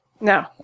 No